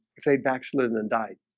if they backslidden and died,